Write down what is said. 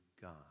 God